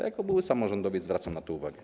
Jako były samorządowiec zwracam na to uwagę.